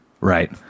right